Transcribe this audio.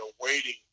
waiting